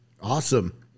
Awesome